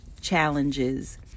challenges